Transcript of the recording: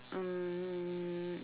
um